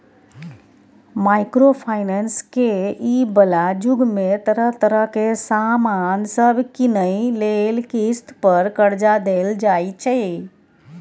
micro finance के इ बला जुग में तरह तरह के सामान सब कीनइ लेल किस्त पर कर्जा देल जाइ छै